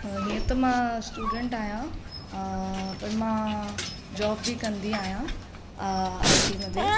हीअं त मां स्टूडैंट आहियां पर मां जॉब बि कंदी आयां आई टी मथे